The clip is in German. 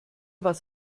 was